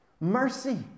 Mercy